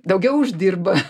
daugiau uždirba